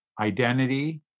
identity